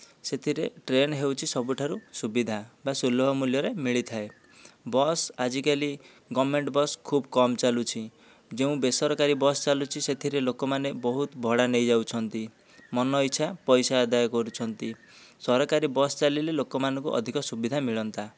ସେଥିରେ ଟ୍ରେନ୍ ହେଉଛି ସବୁଠାରୁ ସୁବିଧା ବା ସୁଲଭ ମୁଲ୍ୟରେ ମିଳିଥାଏ ବସ୍ ଆଜିକାଲି ଗଭ୍ମେଣ୍ଟ୍ ବସ୍ ଖୁବ୍ କମ୍ ଚାଲୁଛି ଯେଉଁ ବେସରକାରୀ ବସ୍ ଚାଲୁଛି ସେଥିରେ ଲୋକମାନେ ବହୁତ ଭଡ଼ା ନେଇ ଯାଉଛନ୍ତି ମନ ଇଛା ପଇସା ଆଦାୟ କରୁଛନ୍ତି ସରକାରୀ ବସ୍ ଚାଲିଲେ ଲୋକମାନଙ୍କୁ ଅଧିକ ସୁବିଧା ମିଳନ୍ତା